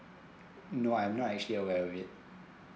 no I'm not actually aware of it